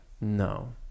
No